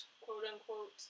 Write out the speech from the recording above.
quote-unquote